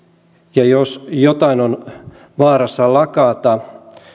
ja jos jotain on vaarassa lakata